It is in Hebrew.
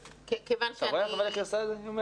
בתקנות עכשיו אין את ההחזרה שלהם.